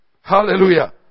Hallelujah